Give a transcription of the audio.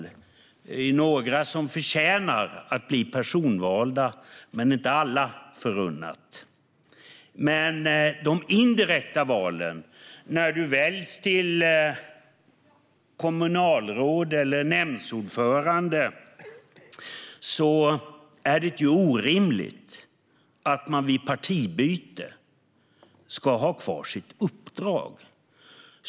Det är några som förtjänar att bli personvalda, men det är inte alla förunnat. Men i de indirekta valen, när man väljs till kommunalråd eller nämndordförande, är det orimligt att man vid partibyte ska ha kvar sitt uppdrag.